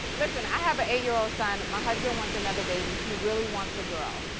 listen, i have a eight year-old son. my husband wants another baby. he really wants a girl.